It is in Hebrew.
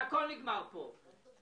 הכל נגמר פה.